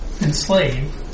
enslave